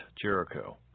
Jericho